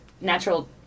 natural